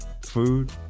food